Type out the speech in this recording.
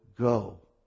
go